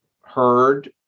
heard